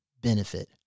benefit